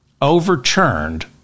overturned